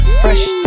Fresh